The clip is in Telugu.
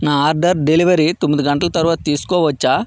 నా ఆర్డర్ డెలివరీ తొమ్మిది గంటలు తరువాత తీసుకోవచ్చా